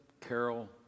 Carol